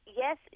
yes